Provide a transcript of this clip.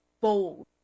bold